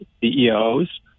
CEOs